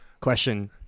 question